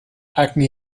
acne